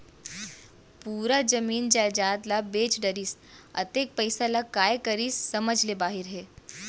पूरा जमीन जयजाद ल बेच डरिस, अतेक पइसा ल काय करिस समझ ले बाहिर हे